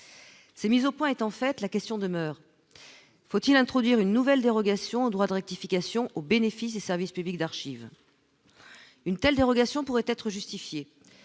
s'est mise au point étant faite, la question demeure : faut-il introduire une nouvelle dérogation au droit de rectification au bénéfice des services publics d'archives une telle dérogation pourrait être justifié